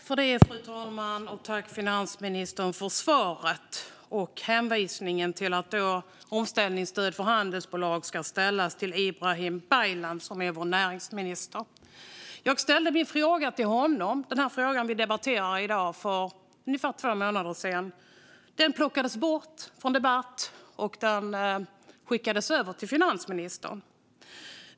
Fru talman! Tack för svaret, finansministern - och för hänvisningen till Ibrahim Baylan, som är vår näringsminister, gällande frågor om omställningsstöd! Den fråga vi debatterar i dag ställde jag till honom för ungefär två månader sedan. Den plockades bort från debatt och skickades över till finansministern.